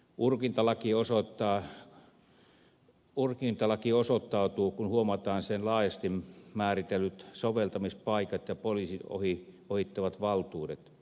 urkintalaiksi laki osoittautuu kun huomataan sen laajasti määritellyt soveltamispaikat ja poliisin ohittavat valtuudet